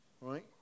right